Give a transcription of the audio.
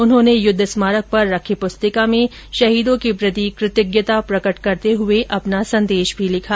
उन्होंने युद्ध स्मारक पर रखी पुस्तिका में शहीदों के प्रति कृतज्ञता प्रकट करते हुए अपना संदेश भी लिखा